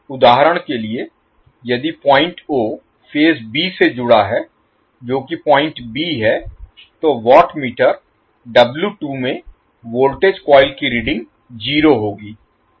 उदाहरण के लिए यदि पॉइंट o फेज b से जुड़ा है जो कि पॉइंट b है तो वाट मीटर W2 में वोल्टेज कॉइल की रीडिंग 0 होगी